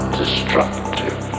destructive